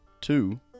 two